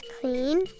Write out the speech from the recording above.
clean